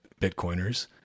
Bitcoiners